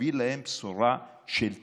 ותביא להם בשורה של תקווה,